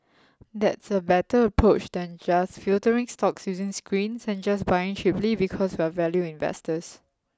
that's a better approach than just filtering stocks using screens and just buying cheaply because we're value investors